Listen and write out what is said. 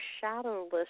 shadowless